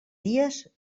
dies